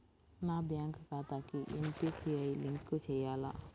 నా బ్యాంక్ ఖాతాకి NPCI link చేయాలా?